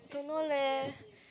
don't know leh